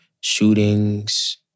shootings